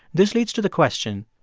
this leads to the question,